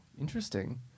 Interesting